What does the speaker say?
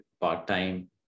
part-time